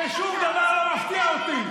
ושום דבר לא מפתיע אותי.